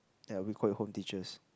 ya we call it home teachers